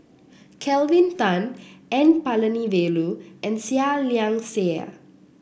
Kelvin Tan N Palanivelu and Seah Liang Seah